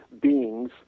beings